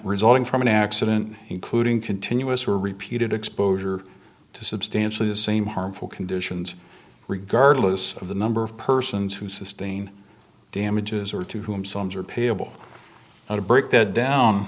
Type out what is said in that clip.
resulting from an accident including continuous or repeated exposure to substantially the same harmful conditions regardless of the number of persons who sustain damages or to whom sums are payable how to break that down